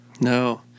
No